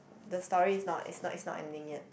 the story is not is not is not ending yet